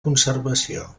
conservació